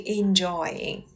enjoying